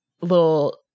little